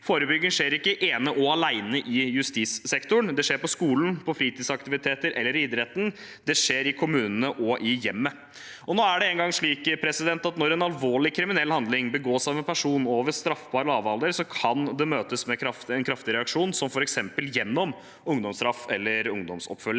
Forebygging skjer ikke ene og alene i justissektoren. Det skjer på skolen, på fritidsaktiviteter eller i idretten. Det skjer i kommunene og i hjemmet. Det er nå engang slik at når en alvorlig kriminell handling begås av en person over straffbar lavalder, kan det møtes med en kraftig reaksjon, som f.eks. gjennom ungdomsstraff eller ungdomsoppfølging.